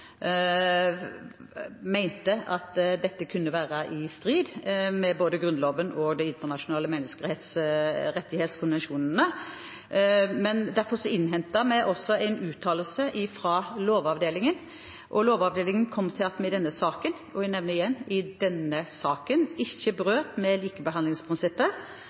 mente at dette kunne være i strid med både Grunnloven og Den europeiske menneskerettighetskonvensjon. Derfor innhentet vi en uttalelse fra Lovavdelingen, og Lovavdelingen kom til at vi i denne saken – jeg sier igjen: i denne saken – ikke brøt med likebehandlingsprinsippet.